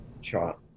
shot